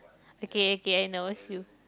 okay okay I know it's you